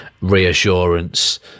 reassurance